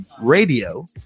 Radio